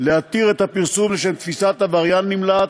להתיר את הפרסום לשם תפיסת עבריין נמלט,